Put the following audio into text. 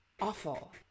awful